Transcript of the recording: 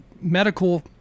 medical